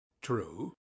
True